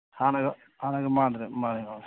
ꯍꯥꯟꯅꯒ ꯍꯥꯟꯅꯒ ꯃꯥꯟꯅꯗ꯭ꯔꯦ ꯃꯥꯟꯅꯤ ꯃꯥꯟꯅꯤ